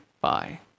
Bye